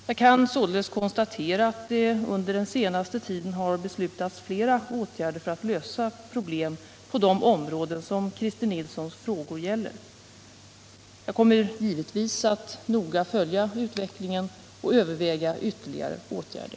Jag kan således konstatera att det under den senaste tiden har beslutats flera åtgärder för att lösa problem på de områden som Christer Nilssons frågor gäller. Jag kommer givetvis att noga följa utvecklingen och överväga ytterligare åtgärder.